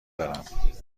دارم